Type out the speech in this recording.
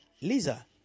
Lisa